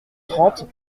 trente